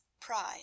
pride